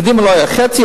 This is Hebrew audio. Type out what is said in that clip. קדימה לא היו חצי,